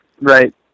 Right